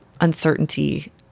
uncertainty